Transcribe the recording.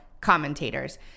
commentators